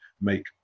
make